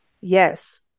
Yes